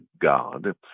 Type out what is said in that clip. God